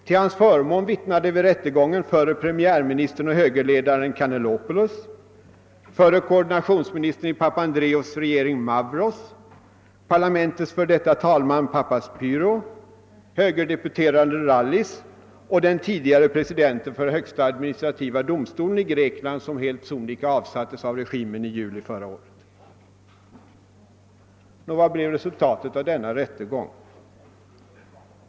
Till hans förmån vittnade vid rättegången förre premiärministern och högerledaren Canellopulos, förre koordinationsministern i Papandreous regering Mavros, parlamentets före detta talman Papaspyrou, högerdeputeranden Rallis och den tidigare presidenten för högsta administrativa domstolen — han avsattes helt sonika av regimen i juli förra året. Vad blev resultatet av denna rättegång?